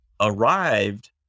arrived